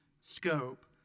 scope